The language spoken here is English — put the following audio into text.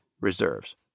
reserves